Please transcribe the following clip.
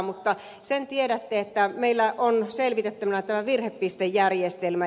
mutta sen tiedätte että meillä on selvitettävänä tämä virhepistejärjestelmä